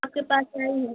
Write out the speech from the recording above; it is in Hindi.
आपके पास आई हूँ